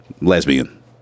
lesbian